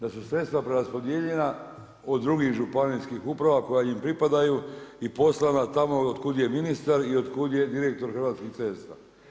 Da su sredstva preraspodijeljena od drugih županijskih uprava koja im pripadaju i poslana tamo od kud je ministar i od kud je direktor Hrvatskih cesta.